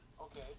Okay